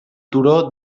turó